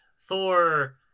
Thor